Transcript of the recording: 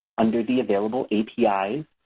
under the available api and